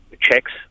checks